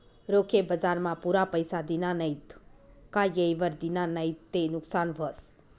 रोखे बजारमा पुरा पैसा दिना नैत का येयवर दिना नैत ते नुकसान व्हस